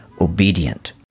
obedient